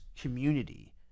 community